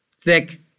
thick